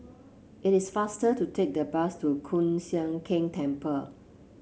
it is faster to take the bus to Hoon Sian Keng Temple